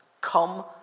Come